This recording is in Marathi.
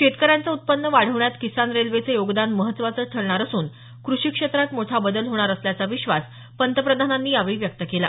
शेतकऱ्यांचं उत्पन्न वाढवण्यात किसान रेल्वेचं योगदान महत्त्वाचं ठरणार असून कृषी क्षेत्रात मोठा बदल होणार असल्याचा विश्वास पंतप्रधानांनी यावेळी व्यक्त केला